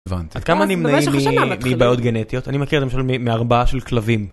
עד כמה נמנעים מבעיות גנטיות? אני מכיר למשל מהרבעה של כלבים.